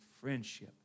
friendship